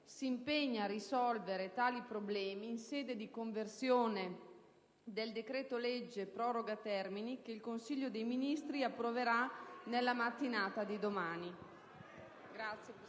si impegna a risolvere tali problemi in sede di conversione del decreto-legge di proroga termini che il Consiglio dei ministri approverà nella mattinata di domani.